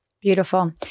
Beautiful